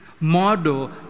Model